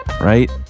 Right